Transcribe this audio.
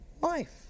life